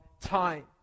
time